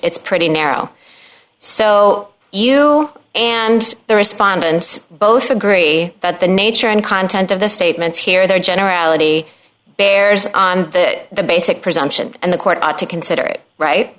it's pretty narrow so you and the respondents both agree that the nature and content of the statements here there generality bears on that the basic presumption and the court ought to consider it right